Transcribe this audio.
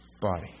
body